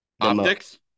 Optics